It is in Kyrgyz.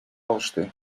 алышты